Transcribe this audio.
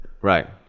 Right